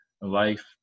life